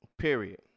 period